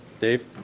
Dave